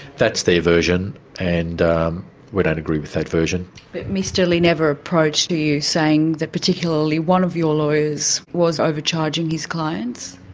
that's their version and we don't agree with that version. but mr lee never approached you you saying that particularly one of your lawyers was overcharging his clients?